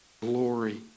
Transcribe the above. glory